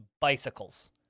bicycles